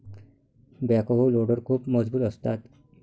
backhoe loader खूप मजबूत असतात